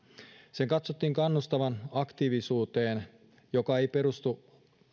sen katsottiin kannustavan aktiivisuuteen joka ei perustu